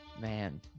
Man